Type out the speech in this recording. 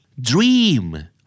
dream